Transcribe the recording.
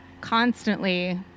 constantly